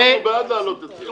אנחנו בעד להעלות את זה.